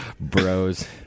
Bros